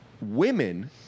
women